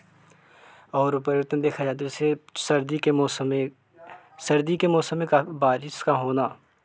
और पर्यटन दिखा जाए जैसे सर्दी के मौसम में सर्दी के मौसम में काफ़ी बारिश का होना